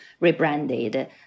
rebranded